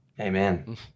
Amen